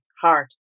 heart